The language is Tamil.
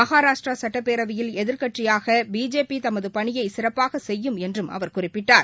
மகாராஷ்டிராசட்டப்பேரவையில் எதிர்கட்சியாகபிஜேபிதமதுபணியைசிறப்பாகசெய்யும் என்றும் அவர் குறிப்பிட்டார்